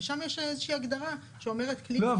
ושם יש איזה שהיא הגדרה שאומרת --- לא,